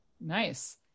Nice